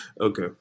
Okay